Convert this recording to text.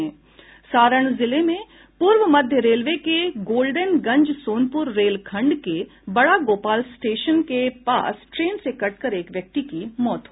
सारण जिले में पूर्व मध्य रेलवे के गोलडेनगंज सोनपूर रेलखंड के बड़ा गोपाल स्टेशन के पास ट्रेन से कटकर एक व्यक्ति की मौत हो गयी